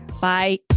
Bye